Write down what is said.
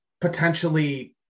potentially